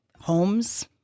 homes